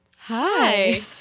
Hi